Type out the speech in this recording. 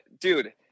dude